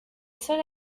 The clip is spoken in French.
seul